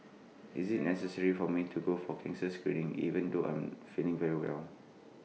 is IT necessary for me to go for cancer screening even though I am feeling very well